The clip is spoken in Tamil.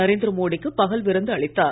நரேந்திர மோடி க்கு பகல் விருந்து அளித்தார்